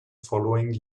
following